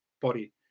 body